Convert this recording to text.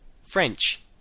French